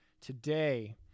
today